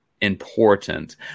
important